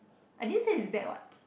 I didn't say it's bad [what]